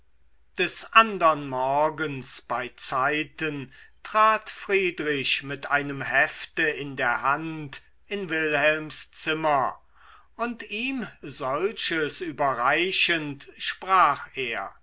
des andern morgens beizeiten trat friedrich mit einem hefte in der hand in wilhelms zimmer und ihm solches überreichend sprach er